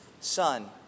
son